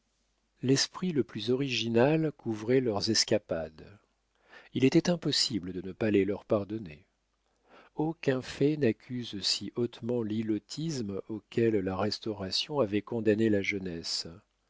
l'esprit le plus original couvrait leurs escapades il était impossible de ne pas les leur pardonner aucun fait n'accuse si hautement l'ilotisme auquel la restauration avait condamné la jeunesse